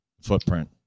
footprint